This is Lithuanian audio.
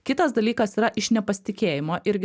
kitas dalykas yra iš nepasitikėjimo irgi